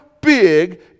big